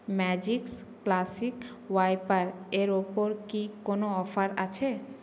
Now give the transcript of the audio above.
magics classic ওয়াইপারের ওপর কী কোন অফার আছে